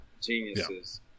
geniuses